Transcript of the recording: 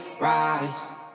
ride